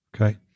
Okay